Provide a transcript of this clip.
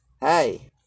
hey